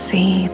See